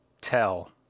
tell